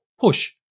push